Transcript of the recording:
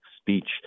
speech